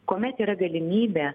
kuomet yra galimybė